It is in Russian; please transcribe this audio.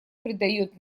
придает